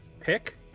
pick